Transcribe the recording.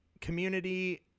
community